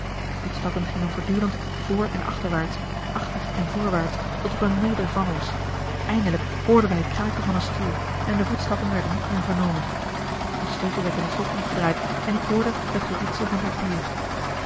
de voetstappen gingen voortdurend voor en achterwaarts achter en voorwaarts tot op een meter van ons eindelijk hoorden wij het kraken van een stoel en de voetstappen werden niet meer vernomen een sleutel werd in het slot omgedraaid en ik hoorde het geritsel van papier